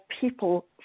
people